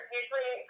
usually